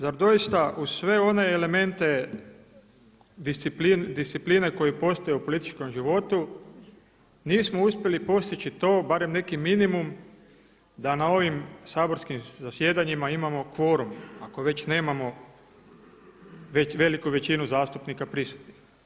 Zar doista uz sve one elemente discipline koje postoje u političkom životu, nismo uspjeli postići to barem neki minimum da na ovim saborskim zasjedanjima imamo kvorum, ako već nemamo veliku većinu zastupnika prisutnih.